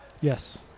yes